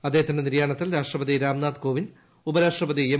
അദ്ദേഹത്തിന്റെ നിര്യാണത്തിൽ രാഷ്ട്രപതി രാംനാഥ് കോവിന്ദ് ഉപരാഷ്ട്രപതി എം